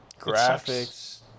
graphics